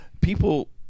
people